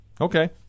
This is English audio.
Okay